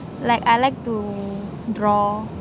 like I like to draw